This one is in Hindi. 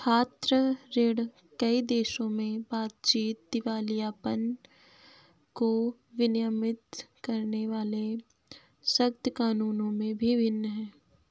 छात्र ऋण, कई देशों में बातचीत, दिवालियापन को विनियमित करने वाले सख्त कानूनों में भी भिन्न है